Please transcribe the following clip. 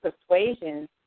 persuasions